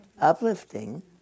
Uplifting